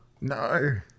No